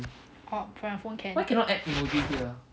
orh from your phone can